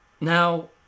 Now